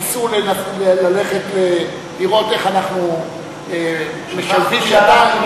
ניסו לראות איך אנחנו משלבים ידיים.